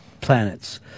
planets